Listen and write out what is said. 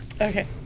Okay